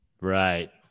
Right